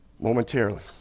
Momentarily